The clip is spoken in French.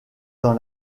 dans